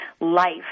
life